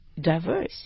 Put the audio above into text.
diverse